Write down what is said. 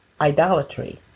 idolatry